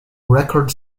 record